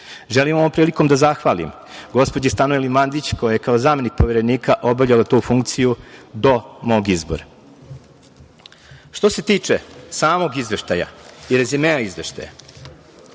ovom prilikom da zahvalim gospođi Stanojli Mandić koja je kao zamenik Poverenika obavljala tu funkciju do mog izbora. Što se tiče samog Izveštaja i rezimea Izveštaja,